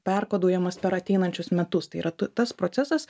perkoduojamas per ateinančius metus tai yra tas procesas